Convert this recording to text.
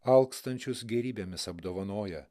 alkstančius gėrybėmis apdovanoja